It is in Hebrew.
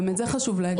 גם את זה חשוב להגיד.